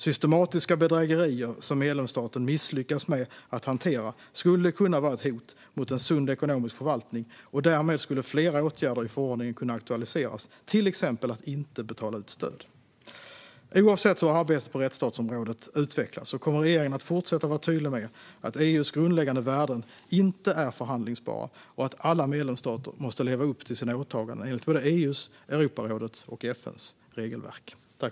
Systematiska bedrägerier som medlemsstaten misslyckas med att hantera skulle kunna vara ett hot mot en sund ekonomisk förvaltning, och därmed skulle flera åtgärder i förordningen kunna aktualiseras, till exempel att inte betala ut stöd. Oavsett hur arbetet på rättsstatsområdet utvecklas kommer regeringen att fortsätta vara tydlig med att EU:s grundläggande värden inte är förhandlingsbara och att alla medlemsstater måste leva upp till sina åtaganden enligt EU:s, Europarådets och FN:s regelverk.